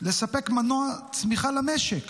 לספק מנוע צמיחה למשק